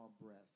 breath